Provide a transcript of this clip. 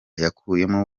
yakuyemo